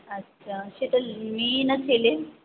আচ্ছা সেটা মেয়ে না ছেলে